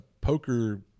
poker